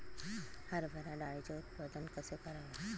हरभरा डाळीचे उत्पादन कसे करावे?